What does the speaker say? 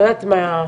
לא יודעת מה,